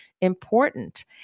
important